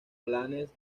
planes